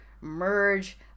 merge